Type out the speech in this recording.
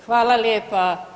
Hvala lijepa.